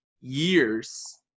years